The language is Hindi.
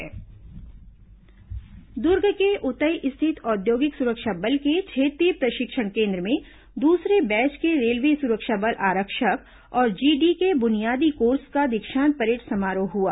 सुरक्षा बल दीक्षांत समारोह दुर्ग के उतई स्थित औद्योगिक सुरक्षा बल के क्षेत्रीय प्रशिक्षण केन्द्र में दूसरे बैच के रेलवे सुरक्षा बल आरक्षक और जीडी के बुनियादी कोर्स का दीक्षांत परेड समारोह हुआ